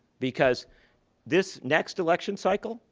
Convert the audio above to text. because this next election cycle,